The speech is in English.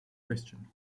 christian